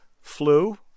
flu